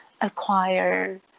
acquire